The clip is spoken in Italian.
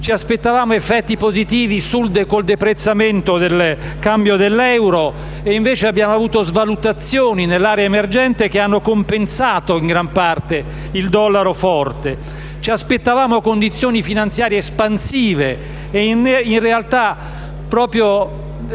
Ci aspettavamo effetti positivi dal deprezzamento nel cambio dell'euro ed invece abbiamo avuto svalutazioni nelle aree emergenti, che hanno in gran parte compensato il dollaro forte. Ci aspettavamo condizioni finanziarie espansive ed in realtà, proprio